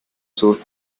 sur